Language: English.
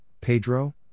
Pedro